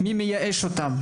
מי מייאש אותם?